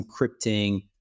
encrypting